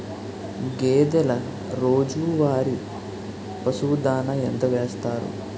గేదెల రోజువారి పశువు దాణాఎంత వేస్తారు?